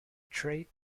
trait